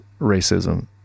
racism